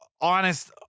honest